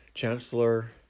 Chancellor